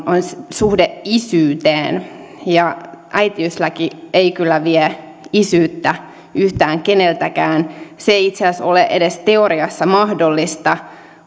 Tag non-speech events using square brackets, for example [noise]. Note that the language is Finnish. suhde isyyteen ja äitiyslaki ei kyllä vie isyyttä yhtään keneltäkään se ei itse asiassa ole edes teoriassa mahdollista [unintelligible]